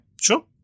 sure